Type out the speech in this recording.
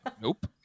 Nope